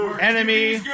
enemy